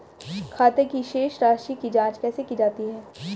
खाते की शेष राशी की जांच कैसे की जाती है?